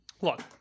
look